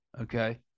Okay